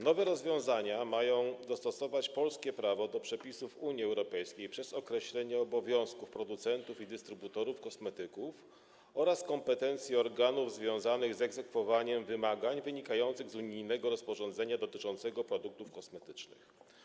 Nowe rozwiązania mają dostosować polskie prawo do przepisów Unii Europejskiej przez określenie obowiązków producentów i dystrybutorów kosmetyków oraz kompetencji organów związanych z egzekwowaniem wymagań wynikających z unijnego rozporządzenia dotyczącego produktów kosmetycznych.